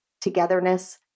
Togetherness